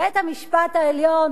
בית-המשפט העליון,